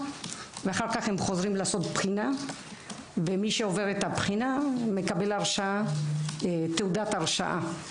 ואחר כך הם חוזרים לעשות בחינה ומי שעובר את הבחינה מקבל תעודת הרשאה.